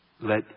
Let